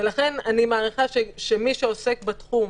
ולכן אני מעריכה שמי שעוסק בתחום